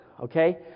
Okay